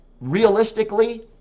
realistically